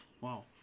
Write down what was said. Wow